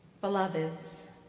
beloveds